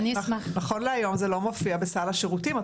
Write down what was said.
נכון להיום זה לא מופיע בסל השירותים.